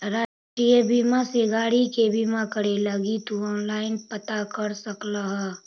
राष्ट्रीय बीमा से गाड़ी के बीमा करे लगी तु ऑनलाइन पता कर सकऽ ह